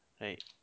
Right